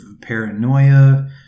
paranoia